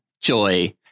Joy